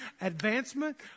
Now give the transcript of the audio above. advancement